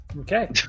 Okay